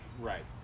right